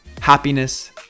happiness